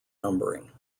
numbering